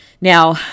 Now